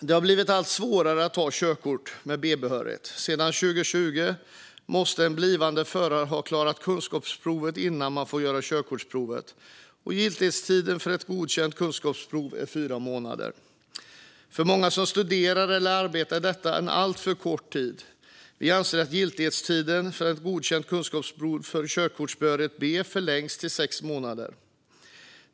Det har blivit allt svårare att ta körkort med B-behörighet. Sedan 2020 måste en blivande förare ha klarat kunskapsprovet innan man får göra körprovet, och giltighetstiden för ett godkänt kunskapsprov är fyra månader. För många som studerar eller arbetar är detta en alltför kort tid. Vi anser att giltighetstiden för ett godkänt kunskapsprov för körkortsbehörighet B ska förlängas till sex månader.